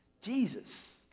Jesus